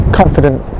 confident